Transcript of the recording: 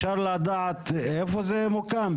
אפשר לדעת איפה זה מוקדם?